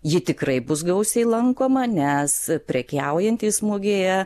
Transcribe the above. ji tikrai bus gausiai lankoma nes prekiaujantys mugėje